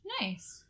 Nice